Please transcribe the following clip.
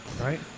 Right